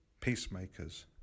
peacemakers